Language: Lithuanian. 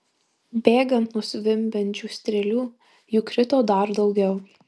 bėgant nuo zvimbiančių strėlių jų krito dar daugiau